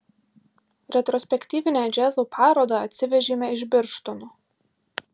retrospektyvinę džiazo parodą atsivežėme iš birštono